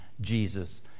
Jesus